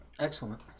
Excellent